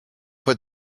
put